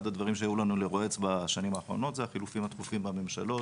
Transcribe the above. אחד הדברים שהיו לנו לרועץ בשנים האחרונות זה החילופים התכופים בממשלות,